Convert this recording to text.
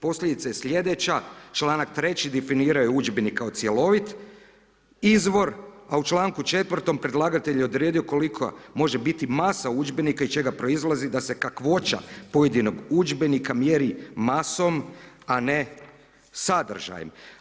Posljedica je sljedeća, članak 3. definiraju udžbenik kao cjelovit izvor a u članku 4. predlagatelj je odredio kolika može biti masa udžbenika iz čega proizlazi da se kakvoća pojedinog udžbenika mjeri masom a ne sadržajem.